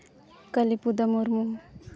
ᱠᱟᱹᱞᱤᱯᱚᱫᱚ Murmu